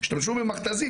השתמשו במכת"זית,